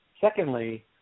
Secondly